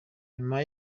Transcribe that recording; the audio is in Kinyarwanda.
nyuma